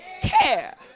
care